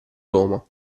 roma